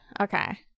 Okay